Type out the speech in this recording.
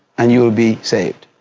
and you'll be saved,